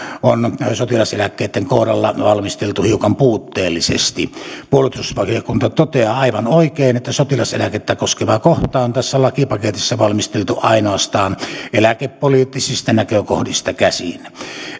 on sotilaseläkkeiden kohdalla valmisteltu hiukan puutteellisesti puolustusvaliokunta toteaa aivan oikein että sotilaseläkettä koskeva kohta on tässä lakipaketissa valmisteltu ainoastaan eläkepoliittisista näkökohdista käsin